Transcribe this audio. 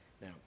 Now